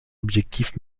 objectif